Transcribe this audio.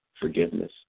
forgiveness